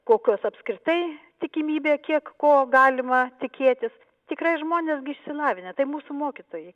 kokios apskritai tikimybė kiek ko galima tikėtis tikrai žmonės gi išsilavinę tai mūsų mokytojai